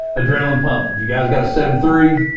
adrenaline pump, if you guys got a seventy three,